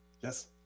Yes